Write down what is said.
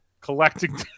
collecting